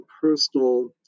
personal